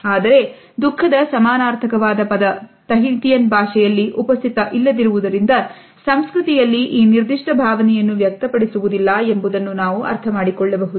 ಆದರೆ ದುಃಖದ ಸಮಾನಾರ್ಥಕವಾದ ಪದ ತಹಿತಿಯನ್ ಭಾಷೆಯಲ್ಲಿ ಉಪಸ್ಥಿತ ಇಲ್ಲದಿರುವುದರಿಂದ ಸಂಸ್ಕೃತಿಯಲ್ಲಿ ಈ ನಿರ್ದಿಷ್ಟ ಭಾವನೆಯನ್ನು ವ್ಯಕ್ತ ಪಡಿಸುವುದಿಲ್ಲ ಎಂಬುದನ್ನು ನಾವು ಅರ್ಥಮಾಡಿಕೊಳ್ಳಬಹುದು